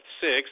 six